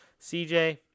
CJ